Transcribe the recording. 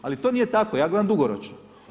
Ali to nije tako, ja gledam dugoročno.